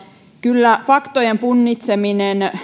kyllä faktojen punnitseminen